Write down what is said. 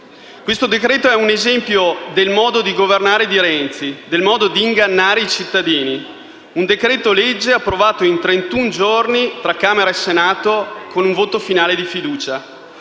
Questo decreto è un esempio del modo di governare di Renzi, del modo di ingannare i cittadini: un decreto-legge approvato in trentuno giorni tra Camera e Senato con voto finale di fiducia;